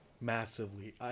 Massively